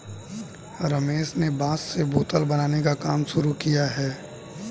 रमेश ने बांस से बोतल बनाने का काम शुरू किया है